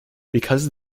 because